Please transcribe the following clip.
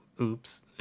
Oops